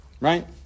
Right